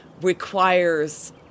requires